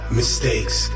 mistakes